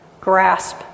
grasp